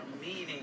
meaning